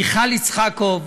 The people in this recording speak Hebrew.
מיכל יצחקוב.